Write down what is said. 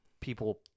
people